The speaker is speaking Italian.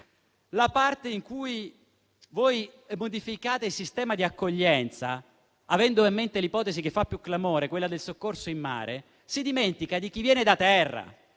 La parte in cui voi modificate il sistema di accoglienza, avendo in mente l'ipotesi che fa più clamore, quella del soccorso in mare, si dimentica di chi viene da terra.